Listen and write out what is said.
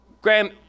Graham